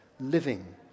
Living